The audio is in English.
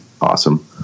awesome